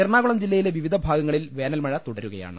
എറണാകുളം ജില്ലയിലെ വിവിധ ഭാഗങ്ങളിൽ വേനൽമഴ തുട രുകയാണ്